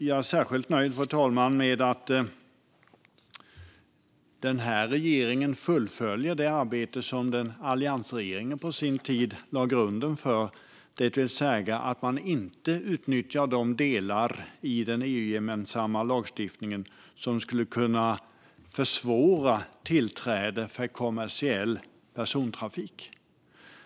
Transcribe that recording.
Jag är särskild nöjd, fru talman, med att den här regeringen fullföljer det arbete som alliansregeringen på sin tid lade grunden för, det vill säga att man inte utnyttjar de delar i den EU-gemensamma lagstiftningen som skulle kunna försvåra tillträde för kommersiell persontrafik.